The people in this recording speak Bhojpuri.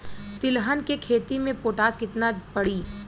तिलहन के खेती मे पोटास कितना पड़ी?